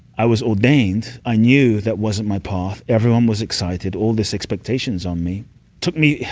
i was ordained. i knew that wasn't my path. everyone was excited. all these expectations on me took me.